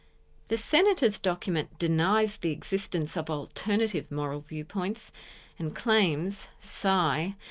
the senators' document denies the existence of alternative moral viewpoints and claims, sigh,